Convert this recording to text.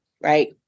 Right